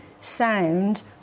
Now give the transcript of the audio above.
sound